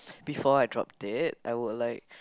before I drop dead I would like